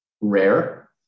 rare